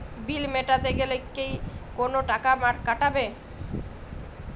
বিল মেটাতে গেলে কি কোনো টাকা কাটাবে?